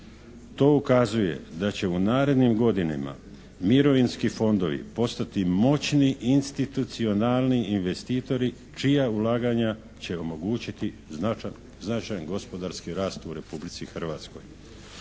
To ukazuje da će u narednim godinama mirovinski fondovi postati moćni institucionalni investitori čija ulaganja će omogućiti značajan gospodarski rast u Republici Hrvatskoj.